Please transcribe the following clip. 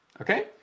Okay